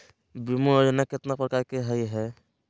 बीमा योजना केतना प्रकार के हई हई?